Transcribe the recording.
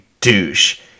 douche